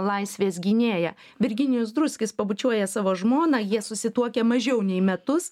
laisvės gynėją virginijus druskis pabučiuoja savo žmoną jie susituokę mažiau nei metus